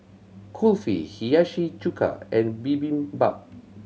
Kulfi Hiyashi Chuka and Bibimbap